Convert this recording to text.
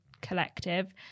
collective